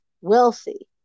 wealthy